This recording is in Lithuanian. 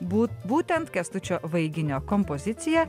bū būtent kęstučio vaiginio kompozicija